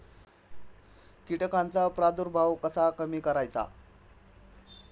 कीटकांचा प्रादुर्भाव कसा कमी करायचा?